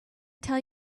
tell